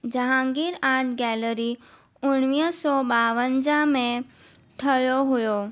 Jahangir Art Gallery उणिवीह सौ ॿावंजाह में ठहियो हुयो